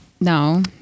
No